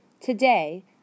Today